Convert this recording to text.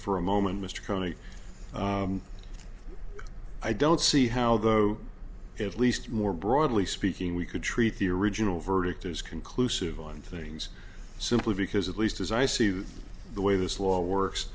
moment mr coney i don't see how though at least more broadly speaking we could treat the original verdict as conclusive on things simply because at least as i see that the way this law works